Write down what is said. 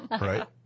right